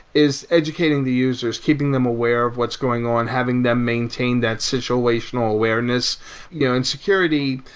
is educating the users. keeping them aware of what's going on. having them maintain that situational awareness yeah and security.